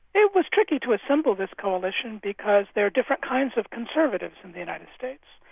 it was tricky to assemble this coalition because there are different kinds of conservatives in the united states.